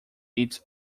its